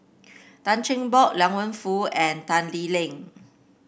Tan Cheng Bock Liang Wenfu and Tan Lee Leng